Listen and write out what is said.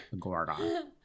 Gordon